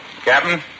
Captain